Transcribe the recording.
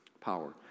power